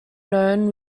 known